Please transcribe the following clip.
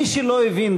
מי שלא הבין,